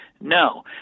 No